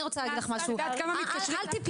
אני רוצה להגיד לך משהו אל תפלו